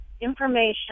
information